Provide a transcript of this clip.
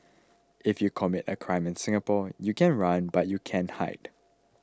if you commit a crime in Singapore you can run but you can't hide